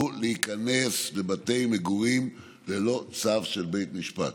להיכנס לבתי מגורים ללא צו של בית משפט,